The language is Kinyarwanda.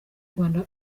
rwanda